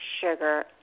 sugar